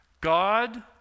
God